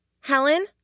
Helen